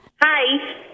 Hi